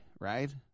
right